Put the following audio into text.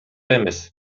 эмес